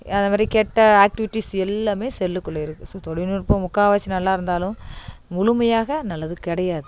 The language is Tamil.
அதே மாதிரி கெட்ட ஆக்டிவிட்டிஸ் எல்லாமே செல்லுக்குள்ள இருக்குது ஸோ தொழில்நுட்பம் முக்கால்வாசி நல்லா இருந்தாலும் முழுமையாக நல்லது கிடையாது